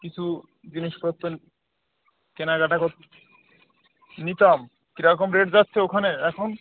কিছু জিনিসপত্র কেনাকাটা কর নিতাম কী রকম রেট যাচ্ছে ওখানে এখন